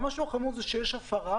המשהו החמור הוא שיש הפרה,